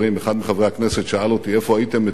אחד מחברי הכנסת שאל אותי איפה הייתם אתמול.